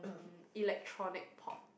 electronic pop